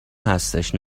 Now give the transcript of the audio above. هستش